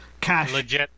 Cash